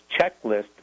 checklist